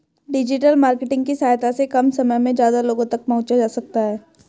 digital marketing की सहायता से कम समय में ज्यादा लोगो तक पंहुचा जा सकता है